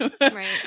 Right